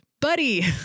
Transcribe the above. buddy